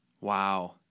Wow